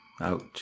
Ouch